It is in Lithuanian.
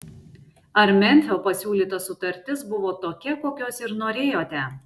ar memfio pasiūlyta sutartis buvo tokia kokios ir norėjote